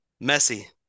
Messy